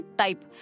type